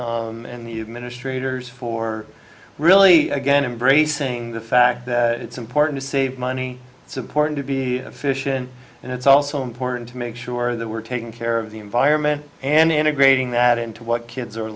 and the ministry of hers for really again embracing the fact that it's important to save money it's important to be of fish and it's also important to make sure that we're taking care of the environment and integrating that into what kids are